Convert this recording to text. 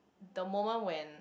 the moment when